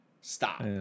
Stop